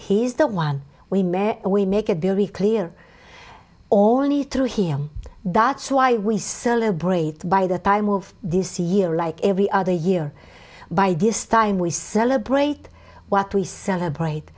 is the one we met we make a deal we clear all need to heal that's why we celebrate by the time of this year like every other year by this time we celebrate what we celebrate